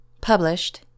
Published